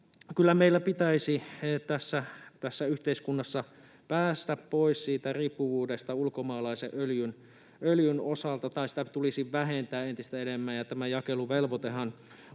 Kyllä meillä pitäisi tässä yhteiskunnassa päästä pois siitä riippuvuudesta ulkomaalaisen öljyn osalta, tai sitä tulisi vähentää entistä enemmän, ja tämä jakeluvelvoitehan